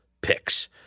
picks